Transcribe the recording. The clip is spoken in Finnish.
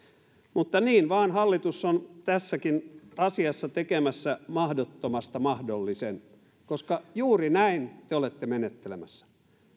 mutta niin vain hallitus on tässäkin asiassa tekemässä mahdottomasta mahdollisen koska juuri näin te olette menettelemässä